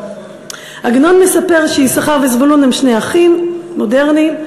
עגנון מספר שיששכר וזבולון הם שני אחים מודרניים,